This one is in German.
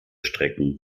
strecken